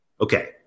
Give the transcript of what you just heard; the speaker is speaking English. Okay